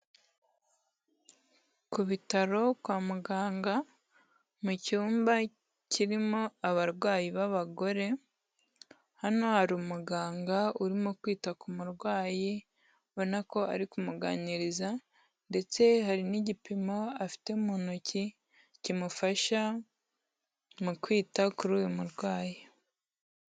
Ku bitaro kwa muganga mu cyumba kirimo abarwayi b'abagore, hano hari umuganga urimo kwita ku murwayi ubona ko ari kumuganiriza ndetse hari n'igipimo afite mu ntoki kimufasha mu kwita kuri uyu murwayi.